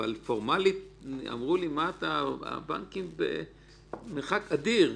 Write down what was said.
אבל פורמלית אמרו לי שהבנקים במרחק אדיר.